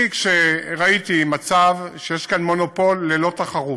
אני, כשראיתי מצב שיש כאן מונופול ללא תחרות,